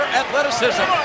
athleticism